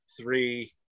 three